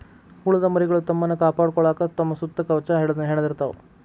ಹುಳದ ಮರಿಗಳು ತಮ್ಮನ್ನ ಕಾಪಾಡಕೊಳಾಕ ತಮ್ಮ ಸುತ್ತ ಕವಚಾ ಹೆಣದಿರತಾವ